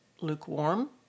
lukewarm